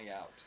out